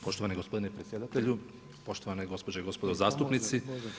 Poštovani gospodine predsjedatelju, poštovane gospođe i gospodo zastupnici.